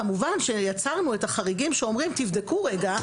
כמובן שיצרנו את החריגים שאומרים 'תבדקו רגע,